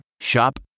Shop